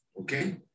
Okay